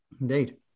indeed